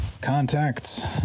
contacts